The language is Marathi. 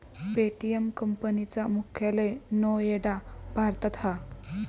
पे.टी.एम कंपनी चा मुख्यालय नोएडा भारतात हा